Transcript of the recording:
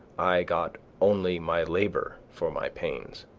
i got only my labor for my pains.